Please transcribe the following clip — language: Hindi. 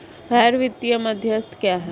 गैर वित्तीय मध्यस्थ क्या हैं?